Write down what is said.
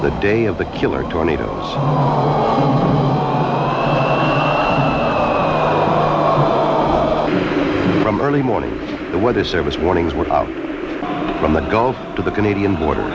the day of the killer tornado from early morning the weather service warnings were from the gulf to the canadian border